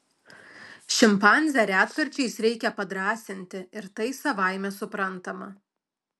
šimpanzę retkarčiais reikia padrąsinti ir tai savaime suprantama